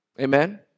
Amen